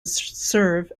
serve